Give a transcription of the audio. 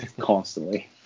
constantly